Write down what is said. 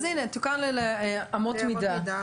אז הנה, תותקנה אמות מידה.